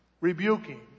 rebuking